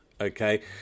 Okay